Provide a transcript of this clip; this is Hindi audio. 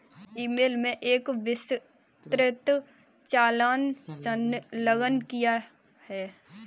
ई मेल में एक विस्तृत चालान संलग्न किया है